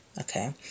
Okay